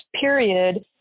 period